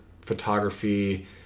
photography